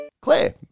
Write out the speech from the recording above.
Claire